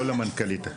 לא למנכ"לית.